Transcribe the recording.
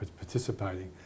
participating